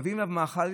מביאים אליו מאכלים,